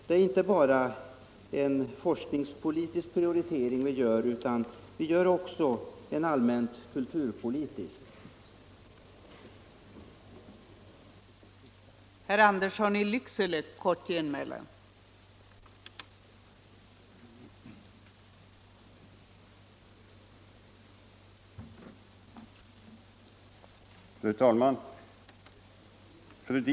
Det är inte bara en forskningspolitisk prioritering vi gjort utan också en allmän kulturpolitisk sådan.